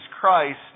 Christ